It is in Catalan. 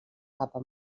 capa